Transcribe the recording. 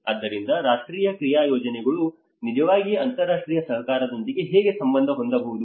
ಆದ್ದರಿಂದ ರಾಷ್ಟ್ರೀಯ ಕ್ರಿಯಾ ಯೋಜನೆಗಳು ನಿಜವಾಗಿ ಅಂತಾರಾಷ್ಟ್ರೀಯ ಸಹಕಾರದೊಂದಿಗೆ ಹೇಗೆ ಸಂಬಂಧ ಹೊಂದಬಹುದು